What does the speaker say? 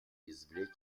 извлечь